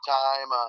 time